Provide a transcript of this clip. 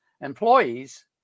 employees